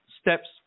Steps